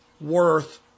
worth